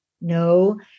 No